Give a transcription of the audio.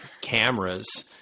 cameras